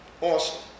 Awesome